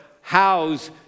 house